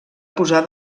posar